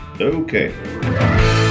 okay